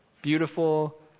beautiful